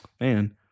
man